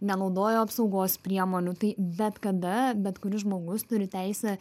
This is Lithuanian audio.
nenaudojo apsaugos priemonių tai bet kada bet kuris žmogus turi teisę